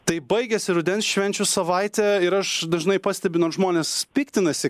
tai baigiasi rudens švenčių savaitė ir aš dažnai pastebiu nors žmonės piktinasi